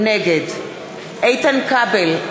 נגד איתן כבל,